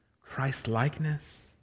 Christ-likeness